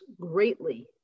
greatly